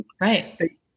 Right